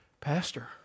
Pastor